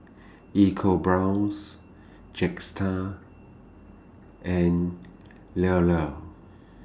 EcoBrown's Jetstar and Llao Llao